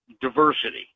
diversity